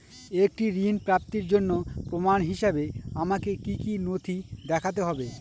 একটি ঋণ প্রাপ্তির জন্য প্রমাণ হিসাবে আমাকে কী কী নথি দেখাতে হবে?